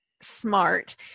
smart